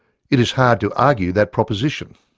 it is hard to argue that proposition.